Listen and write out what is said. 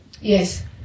Yes